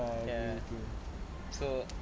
ya so